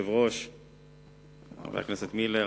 הצעה לסדר-היום מס' 1189, של חבר הכנסת כרמל שאמה.